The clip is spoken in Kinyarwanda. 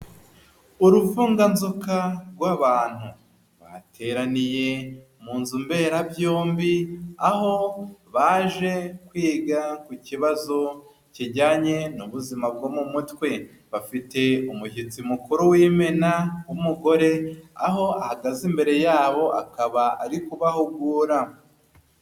Urufunganzoka rw'abantu, bateraniye mu nzu mberabyombi, aho baje kwiga ku kibazo kijyanye n'ubuzima bwo mu mutwe, bafite umushyitsi mukuru w'imena w'umugore, aho ahagaze imbere yabo akaba ari kubahugura.